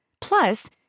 Plus